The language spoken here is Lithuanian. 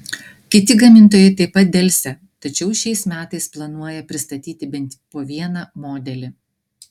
kiti gamintojai taip pat delsia tačiau šiais metais planuoja pristatyti bent po vieną modelį